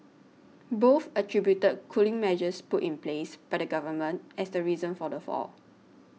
both attributed cooling measures put in place by the Government as the reason for the fall